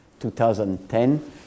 2010